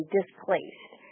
displaced